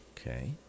Okay